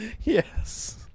Yes